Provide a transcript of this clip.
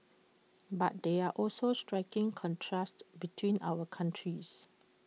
but there are also striking contrasts between our countries